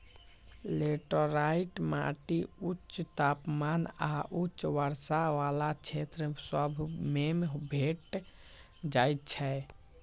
laterite माटि उच्च तापमान आऽ उच्च वर्षा वला क्षेत्र सभ में भेंट जाइ छै